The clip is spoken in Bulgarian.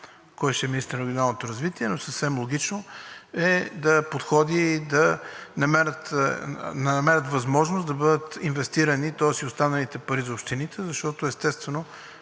кой ще е министър на регионалното развитие, но съвсем логично е да подходи и да намери възможност да бъдат инвестирани, тоест и останалите пари за общините. Естествено,